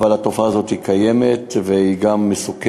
אבל התופעה הזאת קיימת, והיא גם מסוכנת,